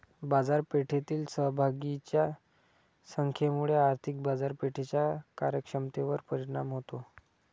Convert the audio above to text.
बाजारपेठेतील सहभागींच्या संख्येमुळे आर्थिक बाजारपेठेच्या कार्यक्षमतेवर परिणाम होतो